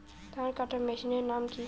ধান কাটার মেশিনের নাম কি?